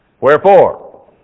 Wherefore